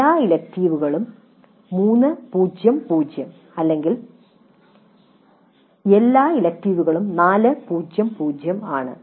എല്ലാ ഇലക്ടീവുകൾളും 300 അല്ലെങ്കിൽ എല്ലാ ഇലക്ടീവുകൾളും 400 ആണ്